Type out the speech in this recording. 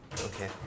Okay